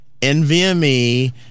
NVMe